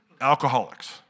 alcoholics